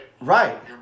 Right